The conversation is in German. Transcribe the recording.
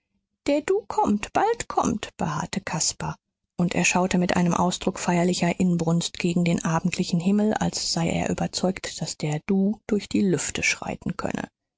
der du kommt bald kommt beharrte caspar und er schaute mit einem ausdruck feierlicher inbrunst gegen den abendlichen himmel als sei er überzeugt daß der du durch die lüfte schreiten könne